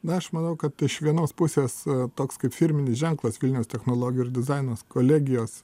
na aš manau kad iš vienos pusės toks kaip firminis ženklas vilniaus technologijų ir dizainos kolegijos